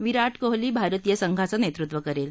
विरा कोहली भारतीय संघाचं नेतृत्व करेल